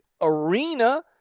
arena